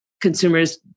consumers